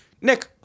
Nick